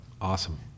Awesome